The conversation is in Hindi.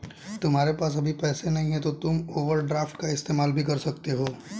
तुम्हारे पास अभी पैसे नहीं है तो तुम ओवरड्राफ्ट का इस्तेमाल भी कर सकते हो